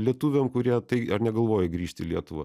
lietuviam kurie tai ar negalvoji grįžti į lietuvą